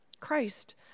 Christ